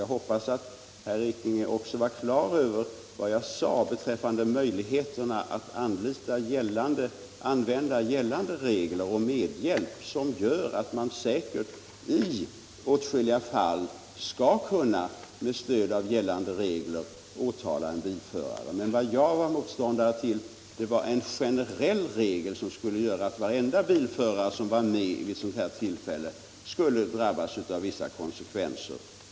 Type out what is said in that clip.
Jag hoppas att herr Ekinge också är på det klara med att man, som jag tidigare framhöll, med stöd av gällande regler om medhjälp i åtskilliga fall skall kunna åtala en bilförare. Men vad jag var motståndare till var en generell regel som medförde att varenda bilförare som var med vid ett sådant här tillfälle skulle drabbas av vissa konsekvenser.